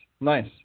nice